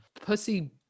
Pussy